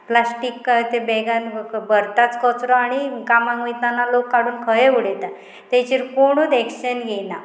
plastic ते बॅगान भरताच कचरो आनी कामाक वयताना लोक काडून खंय उडयता तेचेर कोणूच एक्शेंज घेयना